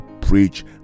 preach